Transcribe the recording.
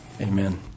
amen